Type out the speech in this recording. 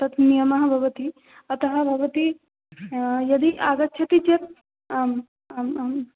तत् नियमाः भवन्ति अतः भवती यदि आगच्छति चेत् आम् आम् आम्